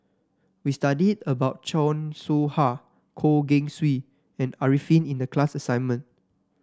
we study about Chan Soh Ha Goh Keng Swee and Arifin in the class assignment